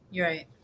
right